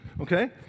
okay